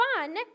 fun